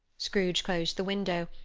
scrooge closed the window,